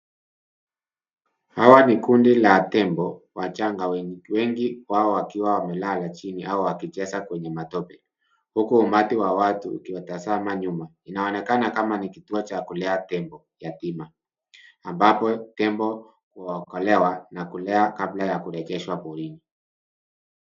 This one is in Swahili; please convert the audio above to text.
Hawa ni kundi la tembo wachanga wengi wao wakiwa wamelala chini au wakicheza kwenye matope huku umati wa watu ukiwatazama nyuma. Inaonekana kama ni kituo cha kulea tembo yatima ambapo tembo huokolewa na kulewa kabla ya kurejeshwa porini.